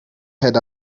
had